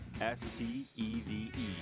S-T-E-V-E